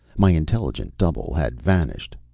my intelligent double had vanished.